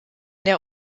der